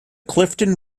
clifton